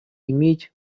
иметь